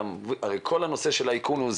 הרי כל העניין של האיכון,